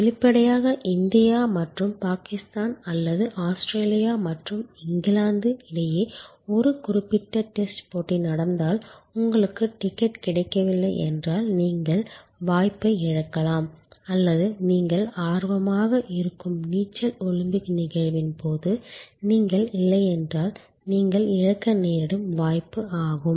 வெளிப்படையாக இந்தியா மற்றும் பாகிஸ்தான் அல்லது ஆஸ்திரேலியா மற்றும் இங்கிலாந்து இடையே ஒரு குறிப்பிட்ட டெஸ்ட் போட்டி நடந்தால் உங்களுக்கு டிக்கெட் கிடைக்கவில்லை என்றால் நீங்கள் வாய்ப்பை இழக்கலாம் அல்லது நீங்கள் ஆர்வமாக இருக்கும் நீச்சல் ஒலிம்பிக் நிகழ்வின் போது நீங்கள் இல்லையென்றால் நீங்கள் இழக்க நேரிடும் வாய்ப்பு ஆகும்